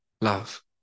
love